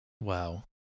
Wow